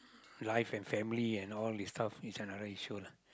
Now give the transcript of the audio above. life and family and all this stuff it's a another issue lah